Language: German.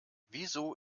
wieso